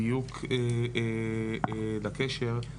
בדיוק לקשר,